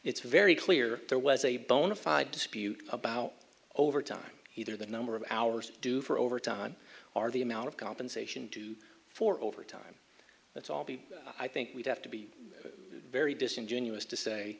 it's very clear there was a bona fide dispute about over time either the number of hours due for overtime are the amount of compensation to for overtime that's all be i think we'd have to be very disingenuous to say